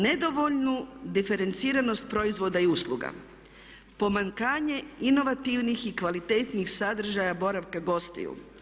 Nedovoljnu diferenciranost proizvoda i usluga, pomanjkanje inovativnih i kvalitetnih sadržaja boravka gostiju.